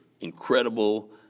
incredible